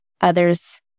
others